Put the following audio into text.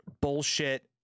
bullshit